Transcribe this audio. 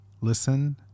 listen